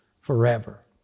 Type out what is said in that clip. forever